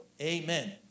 Amen